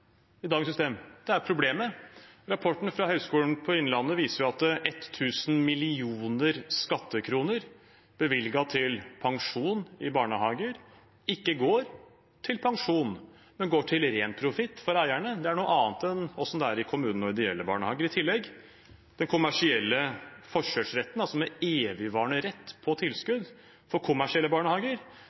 dagens system. Det er problemet. Rapporten fra Høgskolen i Innlandet viser at ett tusen millioner skattekroner bevilget til pensjon i barnehager ikke går til pensjon, men til ren profitt for eierne. Det er noe annet enn sånn det er i kommunale og ideelle barnehager. I tillegg kommer den kommersielle forkjørsretten, altså med evigvarende rett til tilskudd for kommersielle barnehager,